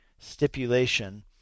stipulation